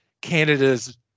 canada's